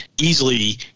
easily